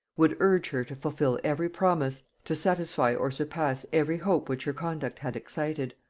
would urge her to fulfil every promise, to satisfy or surpass every hope which her conduct had excited.